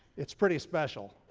it's pretty special.